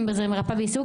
אם זה מרפא העיסוק,